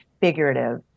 figurative